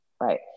right